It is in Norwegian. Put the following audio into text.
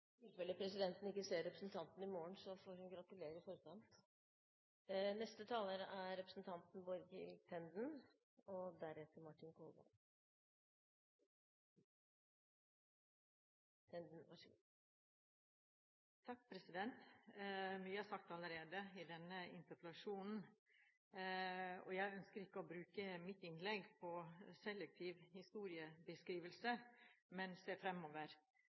tilfelle presidenten ikke ser representanten i morgen, får hun gratulere i forkant! Mye er sagt allerede i denne interpellasjonsdebatten. Jeg ønsker ikke å bruke mitt innlegg på selektiv historiebeskrivelse, men å se fremover.